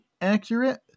accurate